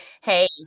hey